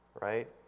right